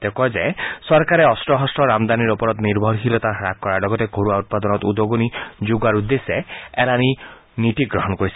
তেওঁ কয় যে চৰকাৰে অস্ত্ৰ শস্ত্ৰৰ আমদানীৰ ওপৰত নিৰ্ভৰশীলতা হ্বাস কৰাৰ লগতে ঘৰুৱা উৎপাদনত উদগণি যোগোৱাৰ উদ্দেশ্যে এলানি নীতি গ্ৰহণ কৰিছে